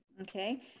Okay